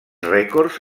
rècords